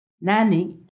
Nanny